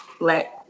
let